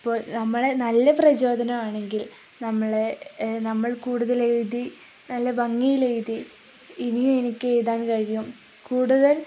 ഇപ്പോൾ നമ്മളെ നല്ല പ്രചോദനമാണെങ്കിൽ നമ്മളെ നമ്മൾ കൂടുതൽ എഴുതി നല്ല ഭംഗിയിലെഴുതി ഇനിയും എനിക്കെഴുതാൻ കഴിയും കൂടുതൽ